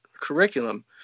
curriculum